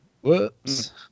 whoops